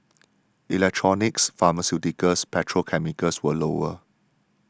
electronics pharmaceuticals petrochemicals were lower